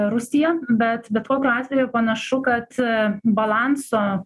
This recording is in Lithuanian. rusija bet bet kokiu atveju panašu kad balanso